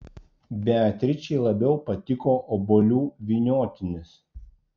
beatričei labiau patiko obuolių vyniotinis